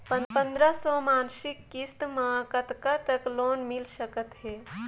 पंद्रह सौ मासिक किस्त मे कतका तक लोन मिल सकत हे?